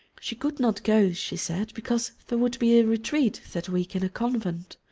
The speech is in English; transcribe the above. she could not go, she said, because there would be a retreat that week in her convent.